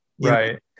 Right